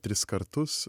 tris kartus